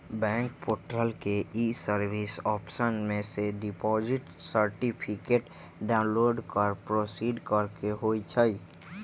bank portal के e service option में से डिपॉजिट सर्टिफिकेट डाउनलोड कर प्रोसीड करेके होइ छइ